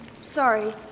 sorry